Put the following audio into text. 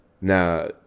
Now